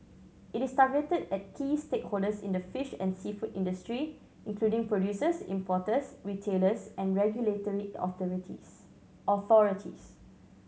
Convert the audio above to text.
it is targeted at key stakeholders in the fish and seafood industry including producers importers retailers and regulatory authorities